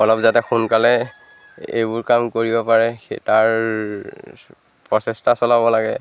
অলপ যাতে সোনকালে এইবোৰ কাম কৰিব পাৰে সেই তাৰ প্ৰচেষ্টা চলাব লাগে